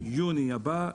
ביוני הבא,